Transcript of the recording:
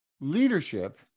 leadership